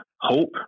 hope